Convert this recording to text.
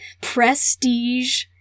prestige